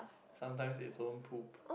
sometimes it's own poop